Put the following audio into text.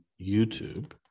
YouTube